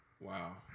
Wow